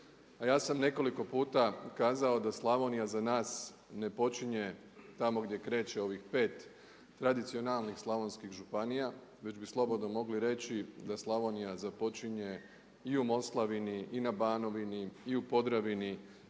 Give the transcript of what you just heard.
A ja sam nekoliko puta kazao da Slavonija za nas ne počinje tamo gdje kreće ovih pet tradicionalnih slavonskih županija, već bi slobodno mogli reći da Slavonija započinje i u Moslavini i na Banovini i u Podravini